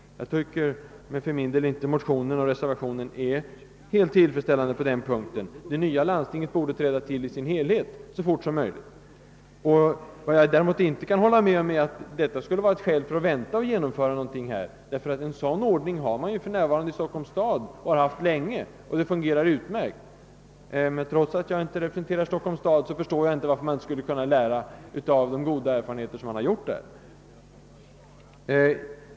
Motionen och reservationen är, tycker jag, inte heller helt tillfredsställande på den punkten. Det nya landstinget borde helt och fullt träda till så fort som möjligt. Däremot kan jag inte hålla med herr Johansson om att man bör vänta med genomförandet av en ändring. Stockholms stad har sedan länge haft en sådan ordning, och den fungerar utmärkt. Jag representerar inte själv Stockholms stad men förstår inte varför man inte kan lära av de goda erfarenheter som där gjorts.